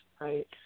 right